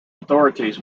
entities